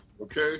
okay